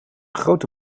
grote